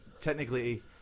technically